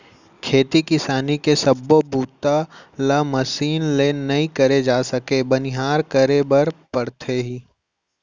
खेती किसानी के सब्बो बूता ल मसीन ले नइ करे जा सके बनिहार करे बर परथे ही